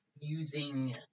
using